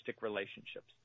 relationships